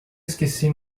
esqueci